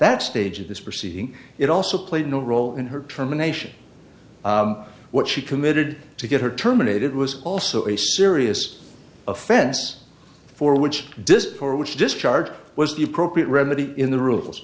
that stage of this proceeding it also played no role in her terminations what she committed to get her terminated was also a serious offense for which this for which this charge was the appropriate remedy in the rules